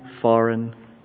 foreign